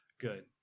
good